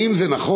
1. האם זה נכון?